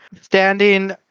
standing